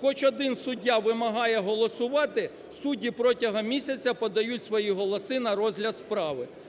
хоч один суддя вимагає голосувати, судді протягом місяця подають свої голоси на розгляд справи.